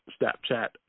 Snapchat